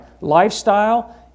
lifestyle